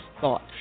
thought